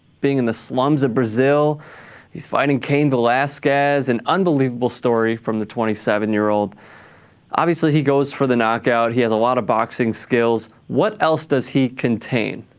being in the slums of brazil he's fighting came to alaska as an unbelievable story from the twenty seven-year-old obviously he goes for the knocked out he has a lot of boxing skills what else does he contain